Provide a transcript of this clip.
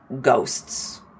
ghosts